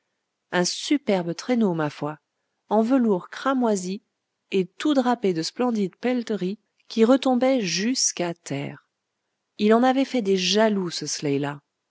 un superbe traîneau ma foi en velours cramoisi et tout drapé de splendides pelleteries qui retombaient jusqu'à terre il en avait fait des jaloux ce